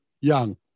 Young